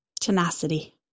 Tenacity